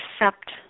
accept